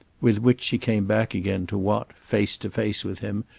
with which she came back again to what, face to face with him,